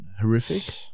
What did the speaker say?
horrific